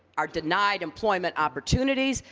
are denied employment opportunities.